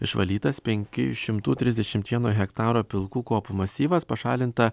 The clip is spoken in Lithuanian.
išvalytas penkių šimtų trisdešimt vieno hektaro pilkų kopų masyvas pašalinta